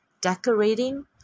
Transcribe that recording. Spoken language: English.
decorating